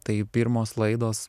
tai pirmos laidos